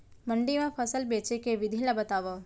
मंडी मा फसल बेचे के विधि ला बतावव?